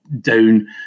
down